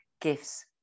gifts